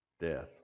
Death